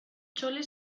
chole